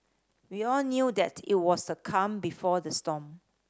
we all knew that it was the calm before the storm